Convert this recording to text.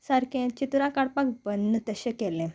सारकें चित्रां काडपाक बंद तशें केलें